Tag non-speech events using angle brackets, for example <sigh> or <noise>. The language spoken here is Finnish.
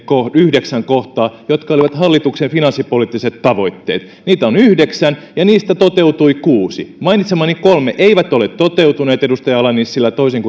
yhdeksän kohtaa jotka olivat hallituksen finanssipoliittiset tavoitteet niitä on yhdeksän ja niistä toteutui kuusi mainitsemani kolme eivät ole toteutuneet edustaja ala nissilä toisin <unintelligible>